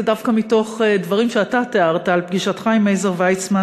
זה דווקא מתוך דברים שאתה תיארת על פגישתך עם עזר ויצמן,